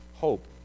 Hope